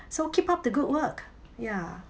so keep up the good work ya